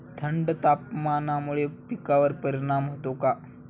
थंड तापमानामुळे पिकांवर परिणाम होतो का?